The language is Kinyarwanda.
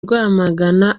rwamagana